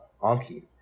anki